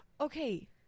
Okay